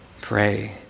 Pray